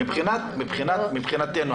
מבחינתנו,